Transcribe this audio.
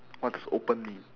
what does open mean